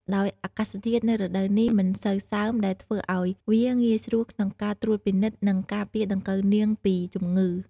ដោយអាកាសធាតុនៅរដូវនេះមិនសូវសើម ដែលធ្វើឲ្យវាងាយស្រួលក្នុងការត្រួតពិនិត្យ និងការពារដង្កូវនាងពីជំងឺ។